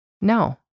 No